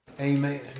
Amen